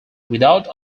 without